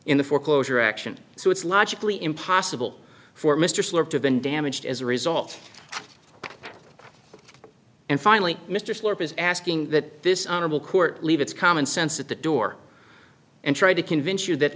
in the foreclosure action so it's logically impossible for mr slope to been damaged as a result and finally mr slope is asking that this honorable court leave its commonsense at the door and try to convince you that